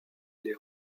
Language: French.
les